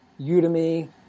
Udemy